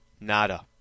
Nada